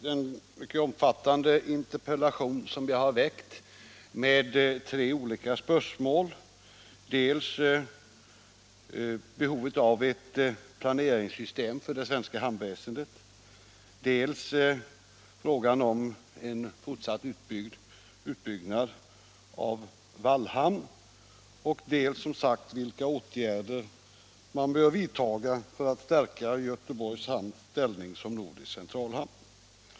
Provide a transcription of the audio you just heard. Den mycket omfattande interpellation som jag har framställt berör tre olika spörsmål, dels behovet av ett planeringssystem för det svenska hamnväsendet, dels frågan om en fortsatt utbyggnad av Wallhamn, dels vilka åtgärder man bör vidtaga för att stärka Göteborgs hamns ställning som nordisk centralhamn.